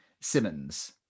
Simmons